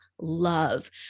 love